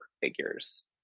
figures